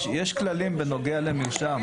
יש כללים בנוגע למרשם.